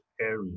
area